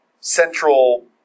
central